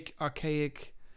archaic